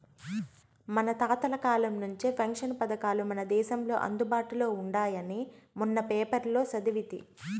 మన తాతల కాలం నుంచే పెన్షన్ పథకాలు మన దేశంలో అందుబాటులో ఉండాయని మొన్న పేపర్లో సదివితి